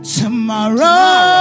tomorrow